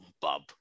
bub